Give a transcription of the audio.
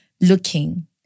looking